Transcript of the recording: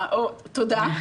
תודה.